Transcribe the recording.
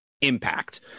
impact